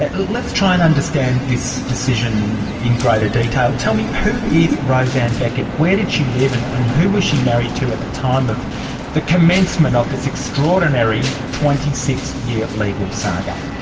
let's try and understand this decision in greater detail. tell me, who is roseanne beckett? where did she live, and and who was she married to at the time of the commencement of this extraordinary twenty six year legal saga?